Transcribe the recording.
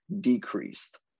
decreased